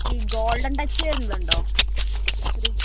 ഈ golden touch വരുന്നതുണ്ടോ ഒരു